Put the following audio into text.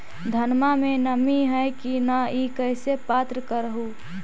धनमा मे नमी है की न ई कैसे पात्र कर हू?